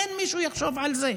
אין מי שיחשוב על זה.